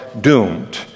doomed